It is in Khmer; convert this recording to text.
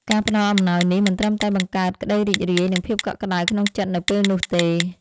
ការផ្តល់អំណោយនេះមិនត្រឹមតែបង្កើតក្តីរីករាយ និងភាពកក់ក្ដៅក្នុងចិត្តនៅពេលនោះទេ